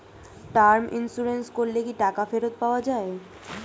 Term insurance করলে কি টাকা ফেরত পাওয়া যায়?